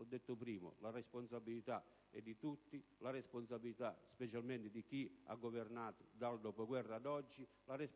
ho detto prima, la responsabilità è di tutti, specialmente da chi ha governato dal dopoguerra ad oggi e